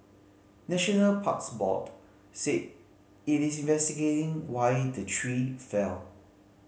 National Parks Board said it is investigating why the tree fell